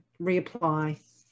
reapply